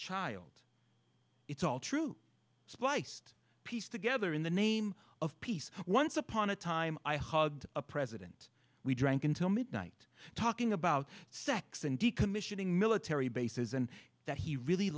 child it's all true spliced piece together in the name of peace once upon a time i hugged a president we drank until midnight talking about sex and decommissioning military bases and that he really